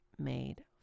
made